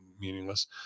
meaningless